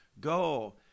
go